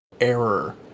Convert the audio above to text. error